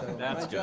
and that's good.